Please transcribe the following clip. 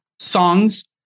Songs